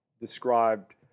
described